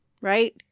right